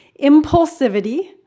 impulsivity